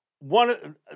One